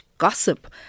gossip